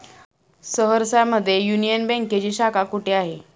सहरसा मध्ये युनियन बँकेची शाखा कुठे आहे?